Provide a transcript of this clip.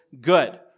good